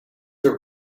are